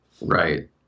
right